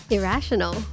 Irrational